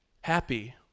happy